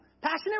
passionate